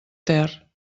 ter